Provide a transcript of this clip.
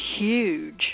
huge